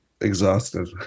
exhausted